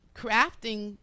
crafting